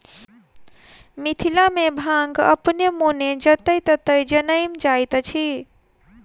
मिथिला मे भांग अपने मोने जतय ततय जनैम जाइत अछि